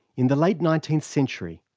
in the late nineteenth century,